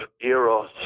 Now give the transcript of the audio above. eros